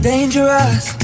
Dangerous